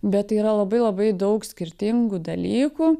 bet tai yra labai labai daug skirtingų dalykų